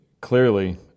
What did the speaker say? clearly